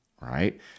Right